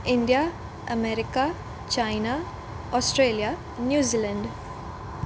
India America China Australia New Zealand